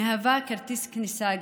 היא כרטיס כניסה,